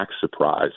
surprise